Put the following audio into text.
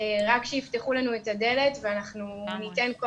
רק שיפתחו לנו את הדלת ואנחנו ניתן כל